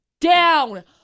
down